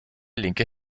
linke